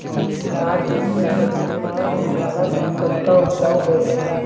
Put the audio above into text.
साठ डिसमिल जमीन म रहर म कतका उपजाऊ होही?